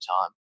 time